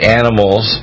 animals